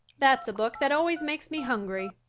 that's a book that always makes me hungry,